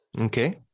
okay